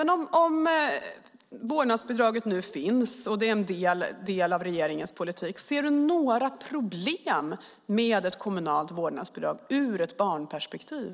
När vårdnadsbidraget nu finns och är en del av regeringens politik, ser du några problem med ett kommunalt vårdnadsbidrag ur ett barnperspektiv?